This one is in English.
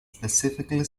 specifically